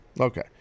Okay